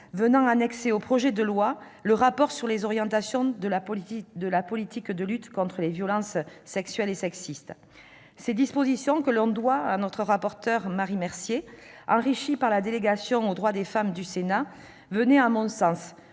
1 A annexant au projet de loi le rapport sur les orientations de la politique de lutte contre les violences sexuelles et sexistes. Cette disposition que l'on devait à notre rapporteur, Marie Mercier, enrichie par la délégation aux droits des femmes et à l'égalité des